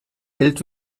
hält